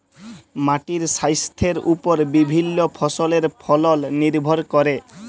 মাটির স্বাইস্থ্যের উপর বিভিল্য ফসলের ফলল লির্ভর ক্যরে